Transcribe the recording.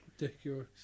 Ridiculous